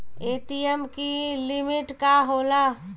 ATM की limit का होला?